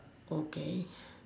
okay